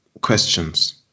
questions